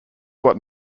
what